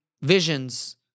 visions